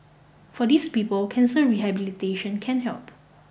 for these people cancer rehabilitation can help